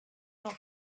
not